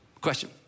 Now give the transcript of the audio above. Question